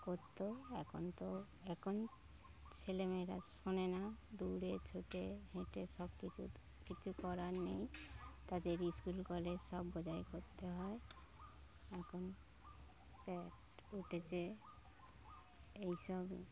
করত এখন তো এখন ছেলেমেয়েরা শোনে না দৌড়ে ছুটে হেঁটে সব কিছু কিছু করার নেই তাদের স্কুল কলেজ সব বজায় করতে হয় এখন প্যাড উঠেছে এই সব